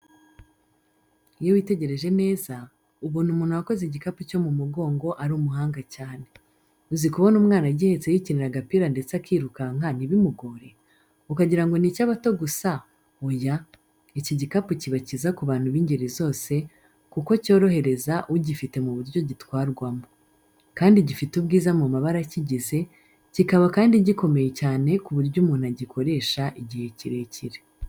Iyo witegereje neza, ubona umuntu wakoze igikapu cyo mu mugongo ari umuhanga cyane. Uzi kubona umwana agihetse yikinira, agapira ndetse akirukanka ntibimugore? Ukagira ngo ni icy’abato gusa? Oya, iki gikapu kiba cyiza ku bantu b’ingeri zose kuko cyorohereza ugifite mu buryo gitwarwamo. Kandi gifite ubwiza mu mabara akigize, kikaba kandi gikomeye cyane ku buryo umuntu agikoresha igihe kirekire.